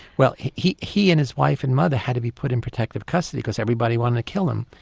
well he he and his wife and mother had to be put in protective custody because everybody wanted to kill them.